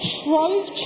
Shrove